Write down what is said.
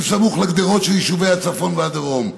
סמוך לגדרות של יישובי הצפון והדרום.